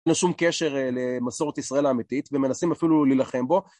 לשום קשר למסורת ישראל האמיתית, ומנסים אפילו להלחם בו.